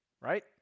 Right